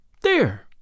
There